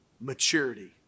maturity